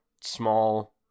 small